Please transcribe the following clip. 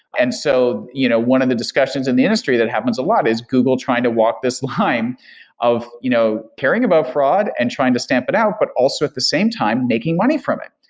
and so you know one of the discussions in the industry that happens a lot is google tried to walk this line of you know caring about fraud and trying to stamp it out, but also at the same time making money from it.